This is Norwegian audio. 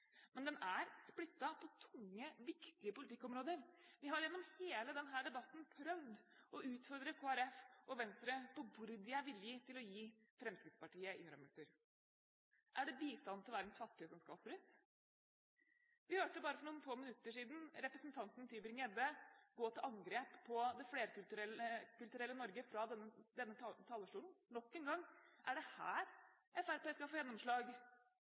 Men den er splittet på tunge, viktige politikkområder. Vi har gjennom hele denne debatten prøvd å utfordre Kristelig Folkeparti og Venstre på hvor de er villige til å gi Fremskrittspartiet innrømmelser. Er det bistanden til verdens fattige som skal ofres? Vi hørte for bare få minutter siden representanten Tybring-Gjedde fra denne talerstolen gå til angrep på det flerkulturelle Norge. Nok en gang: Er det her Fremskrittspartiet skal få gjennomslag?